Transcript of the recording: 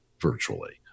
virtually